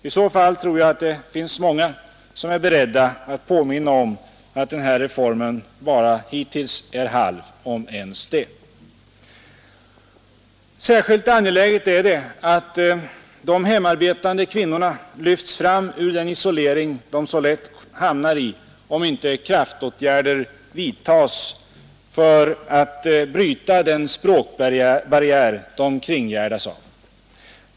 I så fall tror jag att det finns många som är beredda att påminna om att den här reformen bara hittills är halv, om ens det. Särskilt angeläget är det att de hemarbetande kvinnorna lyfts fram ur den isolering de så lätt hamnar i om inte kraftåtgärder vidtas för att bryta den språkbarriär de kringgärdas av.